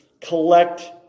collect